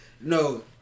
No